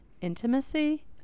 Intimacy